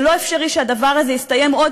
זה לא אפשרי שהדבר הזה יסתיים עוד